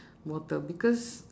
water because